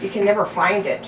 you can never find it